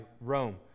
rome